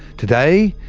today,